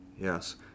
Yes